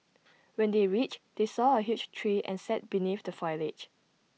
when they reached they saw A huge tree and sat beneath the foliage